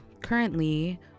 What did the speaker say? currently